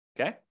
Okay